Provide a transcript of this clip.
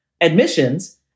Admissions